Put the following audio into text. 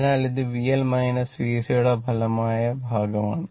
അതിനാൽ ഇത് VL VC യുടെ ഫലമായ ഭാഗമാണ്